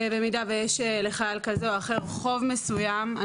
במידה ויש לחייל כזה או אחר חוב מסוים,